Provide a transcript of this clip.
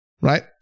Right